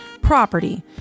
property